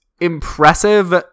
impressive